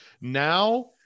now